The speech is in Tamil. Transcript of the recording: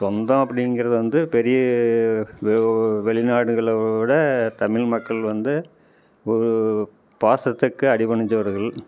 சொந்தம் அப்படிங்குறது வந்து பெரியே வெ வெளிநாடுகளோட தமிழ் மக்கள் வந்து ஒரு பாசத்துக்கு அடிப்படிஞ்சவர்கள்